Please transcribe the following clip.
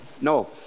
No